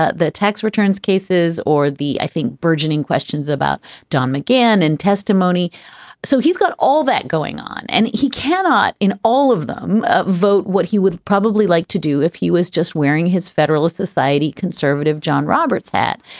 ah the tax returns cases or the, i think, bourgeoning questions about don mcgann and testimony so he's got all that going on and he cannot in all of them ah vote what he would probably like to do if he was just wearing his federalist society conservative john roberts hat.